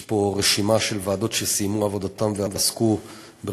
יש פה רשימה של ועדות שסיימו את עבודתן ועסקו ברשויות